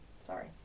sorry